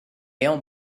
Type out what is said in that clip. young